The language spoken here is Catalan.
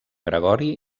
gregori